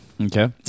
Okay